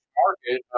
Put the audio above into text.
market